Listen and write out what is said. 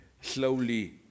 slowly